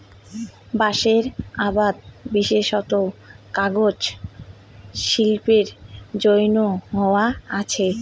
বাঁশের আবাদ বিশেষত কাগজ শিল্পের জইন্যে হয়া আচে